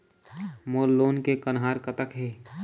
मोर loan के कन्हार कतक हे?